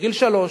מגיל שלוש.